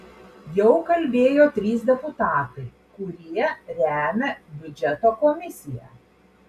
jau kalbėjo trys deputatai kurie remia biudžeto komisiją